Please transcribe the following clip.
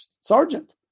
sergeant